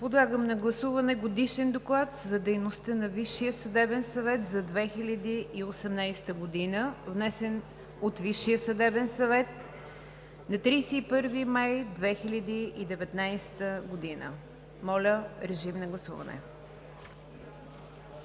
Подлагам на гласуване Годишния доклад за дейността на Висшия съдебен съвет за 2018 г., внесен от Висшия съдебен съвет на 31 май 2019 г. Гласували